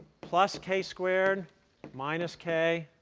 plus k squared minus k